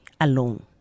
alone